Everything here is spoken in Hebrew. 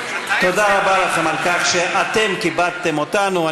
תודה רבה לכם על כך שאתם כיבדתם אותנו.